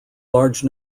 large